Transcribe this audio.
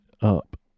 up